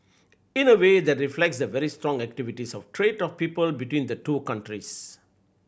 in a way that reflects the very strong activities of trade of people between the two countries